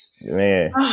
Man